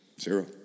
Zero